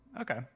Okay